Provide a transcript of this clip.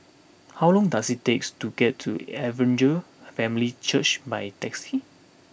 how long does it take to get to Evangel Family Church by taxi